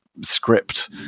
script